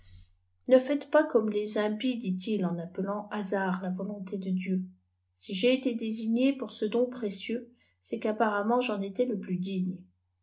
ne nites pas comme les impies dit-il en appelant hasard la volonté de dieu si j'ai été désigné pour ce don précieux c'est qu'apparemment j'en élis le plus digne